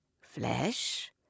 flesh